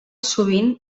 sovint